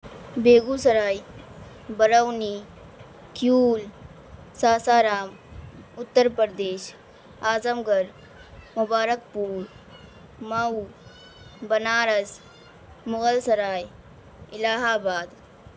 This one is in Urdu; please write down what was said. بیگوسرائے برونی کیول ساسارام اتر پردیش اعظم گڑھ مبارکپور مئو بنارس مغل سرائے الہ آباد